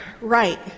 right